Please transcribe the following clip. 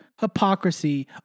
hypocrisy